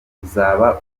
uzaba